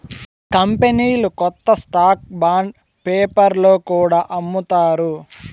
కంపెనీలు కొత్త stock bond పేపర్లో కూడా అమ్ముతారు